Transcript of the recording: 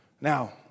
Now